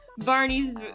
Barney's